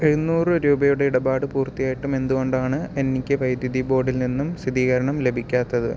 എഴുന്നൂറ് രൂപയുടെ ഇടപാട് പൂർത്തിയായിട്ടും എന്തുകൊണ്ടാണ് എനിക്ക് വൈദ്യുതി ബോർഡിൽ നിന്നും സ്ഥിതീകരണം ലഭിക്കാത്തത്